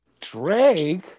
Drake